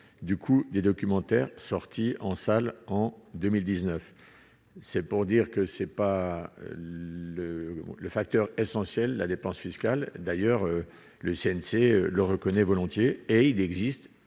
du coup les documentaire sorti en salles en 2019, c'est pour dire que c'est pas le le facteur essentiel la dépense fiscale d'ailleurs le CNC le reconnaît volontiers, et il existe